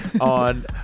on